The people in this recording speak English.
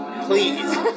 please